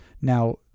Now